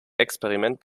experiment